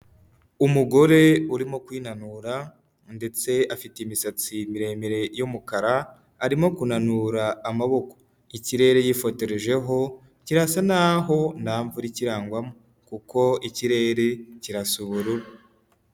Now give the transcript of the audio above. Umugore urimo kwinanura ndetse afite imisatsi miremire y'umukara, arimo kunanura amaboko, ikirere yifotorejeho kirasa nk'aho nta mvura ikirangwamo kuko ikirere kirasa ubururu.